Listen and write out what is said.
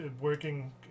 working